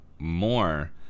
more